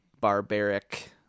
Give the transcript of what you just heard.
barbaric